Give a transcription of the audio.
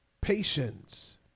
patience